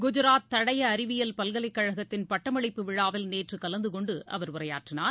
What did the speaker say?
குஐராத் தடயஅறிவியல் பல்கலைக்கழகத்தின் பட்டமளிப்பு விழாவில் நேற்றுகலந்தகொண்டுஅவர் உரையாற்றினார்